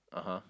(uh huh)